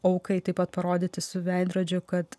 aukai taip pat parodyti su veidrodžiu kad